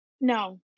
no